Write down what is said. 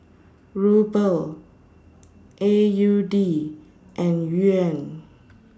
Ruble A U D and Yuan